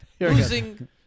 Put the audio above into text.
Losing